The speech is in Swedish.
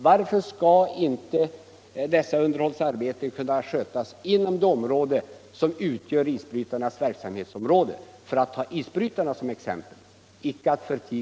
Varför skall inte dessa underhållsarbeten kunna skötas inom den region som utgör isbrytarnas verksamhetsområde? Detta gällde alltså isbrytarna.